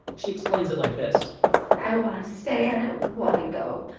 she explains it like this i want to stay, and i want to go.